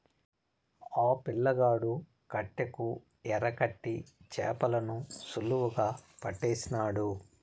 ఆ పిల్లగాడు కట్టెకు ఎరకట్టి చేపలను సులువుగా పట్టేసినాడు